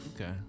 Okay